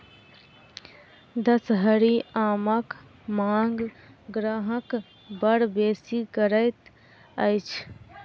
दसहरी आमक मांग ग्राहक बड़ बेसी करैत अछि